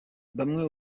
bamwe